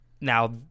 now